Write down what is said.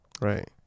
Right